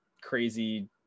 crazy